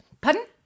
Pardon